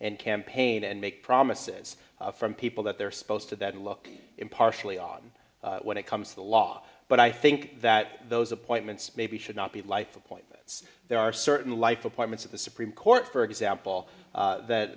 and campaign and make promises from people that they're supposed to that you look impartially on when it comes to the law but i think that those appointments maybe should not be life appointments there are certain life appointments at the supreme court for example that